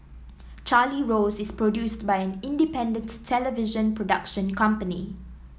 Charlie Rose is produced by an independent television production company